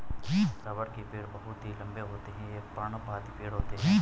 रबड़ के पेड़ बहुत ही लंबे होते हैं ये पर्णपाती पेड़ होते है